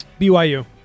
BYU